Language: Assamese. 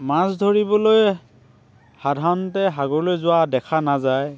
মাছ ধৰিবলৈ সাধাৰণতে সাগৰলৈ যোৱা দেখা নাযায়